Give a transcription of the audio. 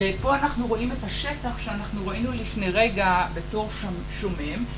פה אנחנו רואים את השטח שאנחנו ראינו לפני רגע בתור שומם